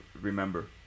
remember